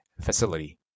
facility